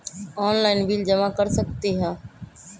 Online bill जमा कर सकती ह?